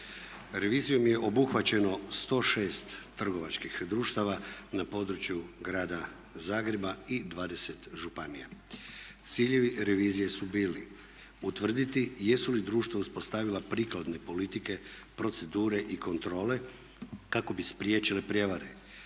Revizijom je obuhvaćeno 106 trgovačkih društava na području Grada Zagreba i 20 županija. Ciljevi revizije su bili utvrditi jesu li društva uspostavila prikladne politike, procedure i kontrole kako bi spriječile prijevare,